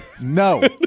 No